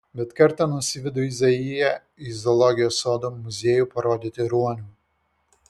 bet kartą nusivedu izaiją į zoologijos muziejų parodyti ruonių